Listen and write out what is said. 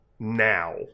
Now